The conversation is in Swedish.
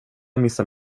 missar